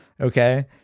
Okay